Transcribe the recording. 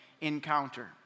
encounter